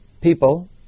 people